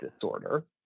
disorder